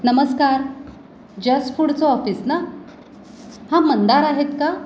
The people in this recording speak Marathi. नमस्कार जश फूडचं ऑफिस ना हा मंदार आहेत का